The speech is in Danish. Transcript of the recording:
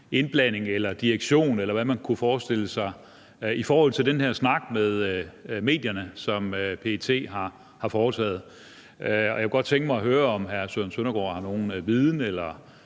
indblanding eller direktion, eller hvad man kunne forestille sig, i forhold til den her snak med medierne, som PET har foretaget. Og jeg kunne godt tænke mig at høre, om hr. Søren Søndergaard har nogen viden om eller